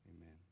amen